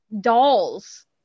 dolls